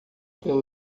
pelo